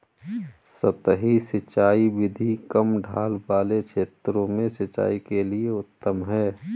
सतही सिंचाई विधि कम ढाल वाले क्षेत्रों में सिंचाई के लिए उत्तम है